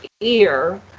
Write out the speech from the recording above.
ear